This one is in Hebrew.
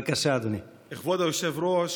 זו הבקשה שלי, צנועה, בכבוד רב,